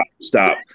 stop